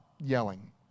yelling